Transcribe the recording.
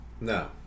No